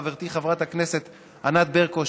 וחברתי חברת הכנסת ענת ברקו,